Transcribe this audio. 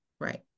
Right